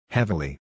Heavily